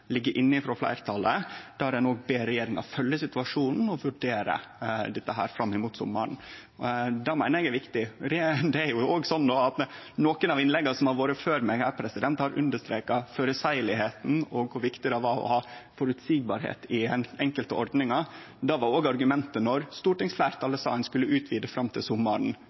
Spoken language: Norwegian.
ligg inne frå fleirtalet, der ein ber regjeringa følgje situasjonen og vurdere dette fram mot sommaren. Det meiner eg er viktig. I nokre av innlegga før meg her har ein understreka det føreseielege og kor viktig det er at enkelte ordningar er føreseielege. Det var òg argumentet då stortingsfleirtalet sa ein skulle utvide fram til sommaren,